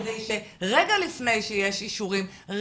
כדי שרגע לפני שיש אישורים,